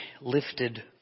lifted